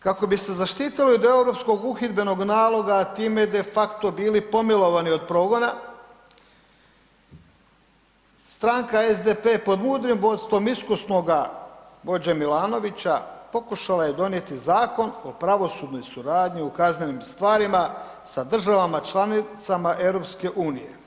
Kako bi se zaštitili od Europskog uhidbenog naloga, time de facto bili pomilovani od progona, stranka SDP pod mudrim vodstvom iskusnoga vođe Milanovića, pokušala je donijeti zakon o pravosudnoj suradnji u kaznenim stvarima sa državama članicama EU.